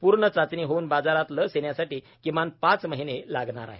पूर्ण चाचणी होऊन बाजारात लस येण्यासाठी किमान पाच महिने लागणार आहेत